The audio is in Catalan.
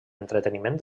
entreteniment